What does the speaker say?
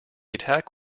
attack